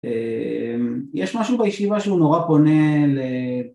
יש משהו בישיבה שהוא נורא פונה ל...